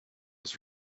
was